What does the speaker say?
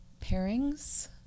pairings